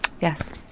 Yes